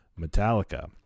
Metallica